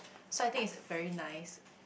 so I think is very nice